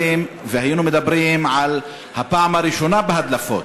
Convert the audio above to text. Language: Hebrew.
והיינו מדברים על הפעם הראשונה בהדלפות.